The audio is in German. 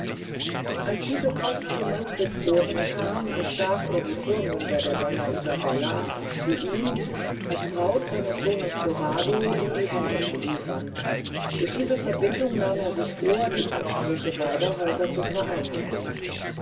als diese post zu manfreds ohren kam bestach er die vormünder der donna isabella sie ihm als braut seines sohnes corrado in die hände zu liefern durch diese verbindung nahm er sich vor die ansprüche beyder häuser zu vereinigen